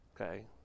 Okay